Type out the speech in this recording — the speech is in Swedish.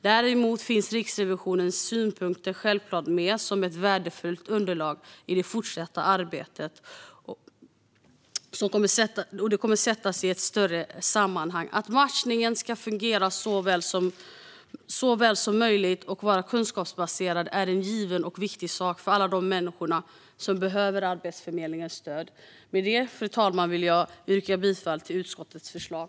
Däremot finns Riksrevisionens synpunkter självklart med som ett värdefullt underlag i det fortsatta arbetet, och det kommer att sättas i ett större sammanhang. Att matchningen ska fungera så väl som möjligt och vara kunskapsbaserad är en given och viktig sak för alla de människor som behöver Arbetsförmedlingens stöd. Med det, fru talman, vill jag yrka bifall till utskottets förslag.